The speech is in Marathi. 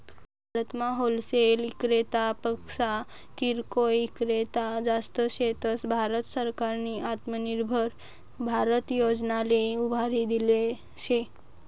भारतमा होलसेल इक्रेतापक्सा किरकोय ईक्रेता जास्त शेतस, भारत सरकारनी आत्मनिर्भर भारत योजनाले उभारी देल शे